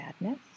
madness